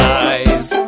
eyes